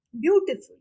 beautiful